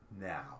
Now